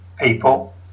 People